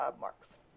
marks